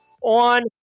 on